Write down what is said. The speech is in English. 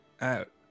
out